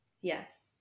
Yes